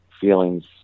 feelings